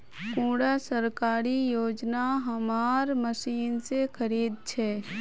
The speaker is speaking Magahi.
कुंडा सरकारी योजना हमार मशीन से खरीद छै?